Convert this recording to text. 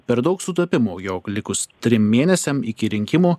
per daug sutapimų jog likus trim mėnesiam iki rinkimų